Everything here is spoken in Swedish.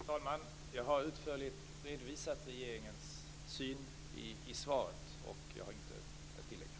Fru talman! Jag har utförligt redovisat regeringens syn i svaret, och jag har inget mer att tillägga.